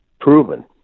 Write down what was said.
proven